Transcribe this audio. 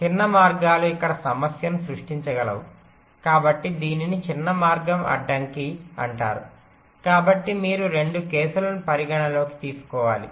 చిన్న మార్గాలు ఇక్కడ సమస్యను సృష్టించగలవు కాబట్టి దీనిని చిన్న మార్గం అడ్డంకి అంటారు కాబట్టి మీరు 2 కేసులను పరిగణనలోకి తీసుకోవాలి